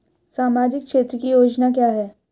सामाजिक क्षेत्र की योजना क्या है?